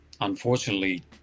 unfortunately